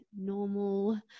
normal